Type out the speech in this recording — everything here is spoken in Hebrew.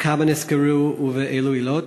כמה נסגרו ובאילו עילות?